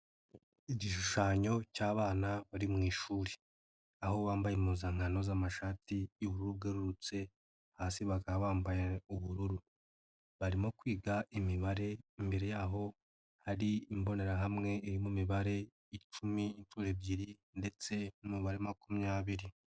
Igishushanyo cy'abana bari mu ishuri aho bambaye impuzankano z'amashati y'ubururu bwerurutse hasi bakaba bambaye ubururu, barimo kwiga imibare imbere yaho hari imbonerahamwe irimo imibare icumi inshuro ebyiri ndetse n'umubare makumyabiri.